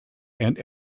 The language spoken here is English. and